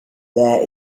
there